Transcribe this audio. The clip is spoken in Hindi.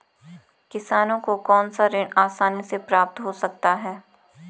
किसानों को कौनसा ऋण आसानी से प्राप्त हो सकता है?